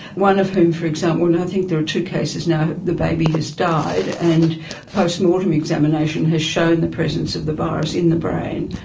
one of whom for example, and i think there are two cases now, the baby has died, and post-mortem examination has shown the presence of the virus in the brain.